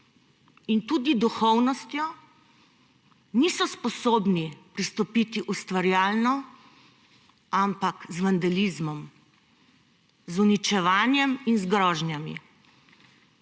in tudi duhovnostjo niso sposobni pristopiti ustvarjalno, ampak z vandalizmom, z uničevanjem in z grožnjami.